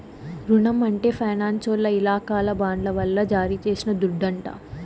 రునం అంటే ఫైనాన్సోల్ల ఇలాకాల బాండ్ల వల్ల జారీ చేసిన దుడ్డంట